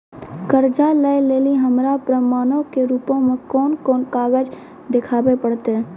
कर्जा लै लेली हमरा प्रमाणो के रूपो मे कोन कोन कागज देखाबै पड़तै?